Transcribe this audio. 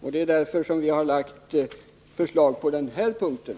och därför har vi lagt fram förslag på den här punkten.